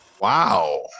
Wow